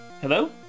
Hello